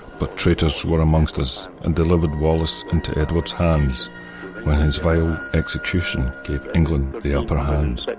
but traitors were amongst us and delivered wallace into edward's hands when his vile execution gave england the upper hand. but